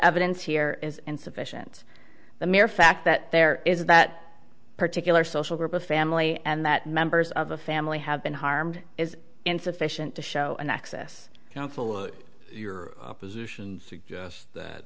evidence here is insufficient the mere fact that there is that particular social group of family and that members of a family have been harmed is insufficient to show an excess fluid your position suggest